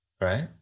Right